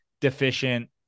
deficient